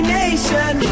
nation